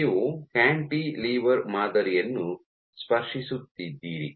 ನೀವು ಕ್ಯಾಂಟಿಲಿವರ್ ಮಾದರಿಯನ್ನು ಸ್ಪರ್ಶಿಸುತ್ತಿದ್ದೀರಿ